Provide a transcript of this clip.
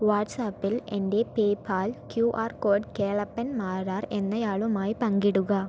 വാട്ട്സ്ആപ്പിൽ എൻ്റെ PayPal Q R code Kelappan Marar എന്നയാളുമായി പങ്കിടുക